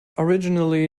originally